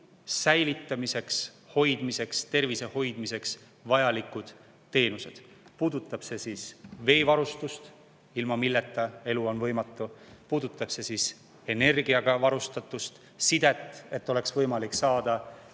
inimestele tagatud nende elu ja tervise hoidmiseks vajalikud teenused. Puudutab see siis veevarustust, ilma milleta elu on võimatu, puudutab see siis energiaga varustatust, sidet, et oleks võimalik saada